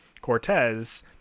Cortez